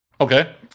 Okay